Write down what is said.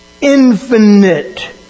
infinite